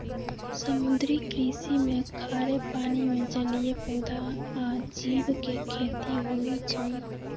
समुद्री कृषि में खारे पानी में जलीय पौधा आ जीव के खेती होई छई